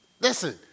Listen